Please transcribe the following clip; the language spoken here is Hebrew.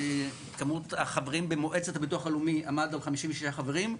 כמות החברים במועצת הביטוח הלאומי עמד על 56 חברים,